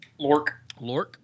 lork